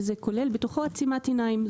וזה כולל בתוכו עצימת עיניים.